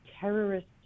Terrorist